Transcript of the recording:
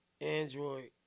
Android